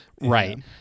right